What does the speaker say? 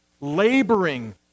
laboring